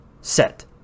set